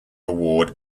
award